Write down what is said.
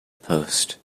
post